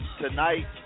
tonight